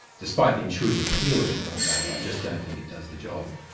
despite the intuitive appeal of infinite value, i just don't think it does the job.